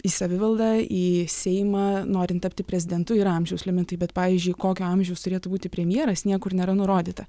į savivaldą į seimą norint tapti prezidentu yra amžiaus limitai bet pavyzdžiui kokio amžiaus turėtų būti premjeras niekur nėra nurodyta